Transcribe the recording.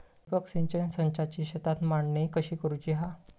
ठिबक सिंचन संचाची शेतात मांडणी कशी करुची हा?